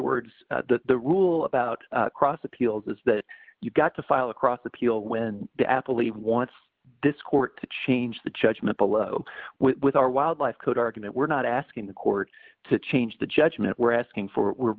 words that the rule about cross appeals is that you've got to file across the peel when the apple even wants this court to change the judgment below with our wildlife code argument we're not asking the court to change the judgment we're asking for we're